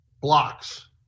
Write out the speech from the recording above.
blocks